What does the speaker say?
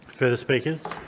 further speakers?